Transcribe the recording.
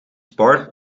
part